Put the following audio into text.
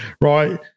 right